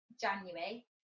january